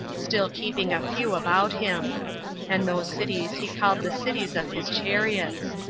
still keeping a few about him and those cities he called the cities of his chariots.